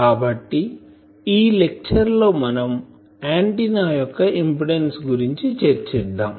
కాబట్టి ఈ లెక్చర్ లో మనం ఆంటిన్నా యొక్క ఇంపిడెన్సు గురించి చర్చిద్దాం